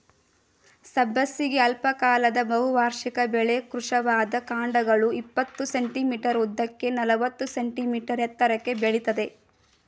ಸಬ್ಬಸಿಗೆ ಅಲ್ಪಕಾಲದ ಬಹುವಾರ್ಷಿಕ ಬೆಳೆ ಕೃಶವಾದ ಕಾಂಡಗಳು ಇಪ್ಪತ್ತು ಸೆ.ಮೀ ಉದ್ದಕ್ಕೆ ನಲವತ್ತು ಸೆ.ಮೀ ಎತ್ತರಕ್ಕೆ ಬೆಳಿತದೆ